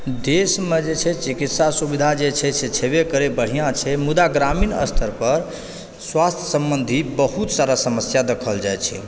देश मे जे छै चिकित्सा सुबिधा जे छै से छबे करै बढ़िऑं छै मुदा ग्रामीण स्तर पर स्वास्थ सम्बन्धि बहुत सारा समस्या देखल जाइ छै